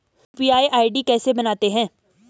UPI ID कैसे बनाते हैं?